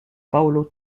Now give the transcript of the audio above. paolo